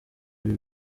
ibi